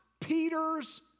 Peter's